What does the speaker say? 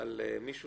על מישהו